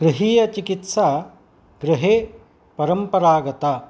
गृहीयचिकित्सा गृहे परम्परागता